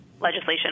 legislation